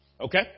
Okay